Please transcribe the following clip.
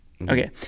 Okay